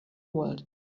world